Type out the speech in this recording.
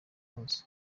hose